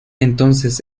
entonces